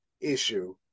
issue